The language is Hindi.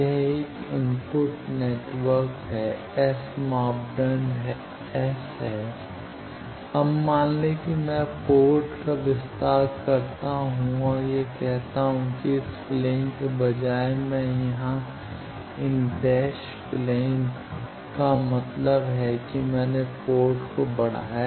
यह एक इनपुट नेटवर्क है S मापदंड S है अब मान लें कि मैं पोर्ट का विस्तार करता हूं और यह कहता हूं कि इस प्लेन के बजाय मैं यहां इन डैश प्लेन का मतलब है कि मैंने पोर्ट को बढ़ाया है